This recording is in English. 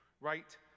right